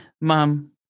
Mom